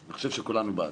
אני חושב שכולנו בעד.